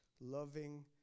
loving